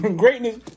Greatness